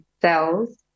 cells